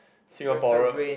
Singapore